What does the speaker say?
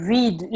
Read